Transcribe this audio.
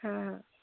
हाँ